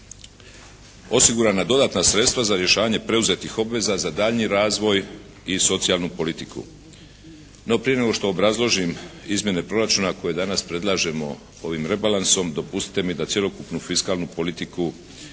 osigurana dodatna sredstva za rješavanje preuzetih obveza za daljnji razvoj i socijalnu politiku. No prije nego što obrazložim izmjene proračuna koje danas predlažemo ovim rebalansom dopustite mi da cjelokupnu fiskalnu politiku